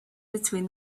between